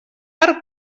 per